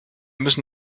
müssen